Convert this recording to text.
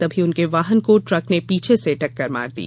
तभी उनके वाहन को ट्रक ने पीछे से टक्कर मार दी